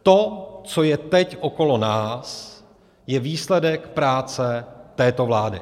To, co je teď okolo nás, je výsledek práce této vlády.